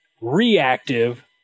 reactive